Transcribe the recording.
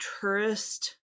tourist